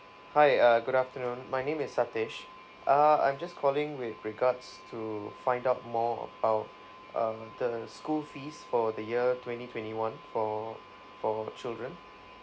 hi uh good afternoon my name is satesh uh I'm just calling with regards to find out more about um the school fees for the year twenty twenty one for for children